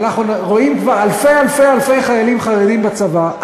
ואנחנו רואים כבר אלפי אלפי אלפי חיילים חרדים בצבא,